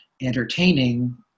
entertaining